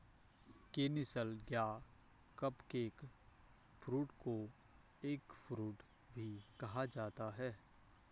canistel या cupcake fruit को eggfruit भी कहा जाता है